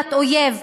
אוכלוסיית אויב.